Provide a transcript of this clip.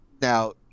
Now